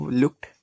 looked